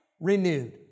renewed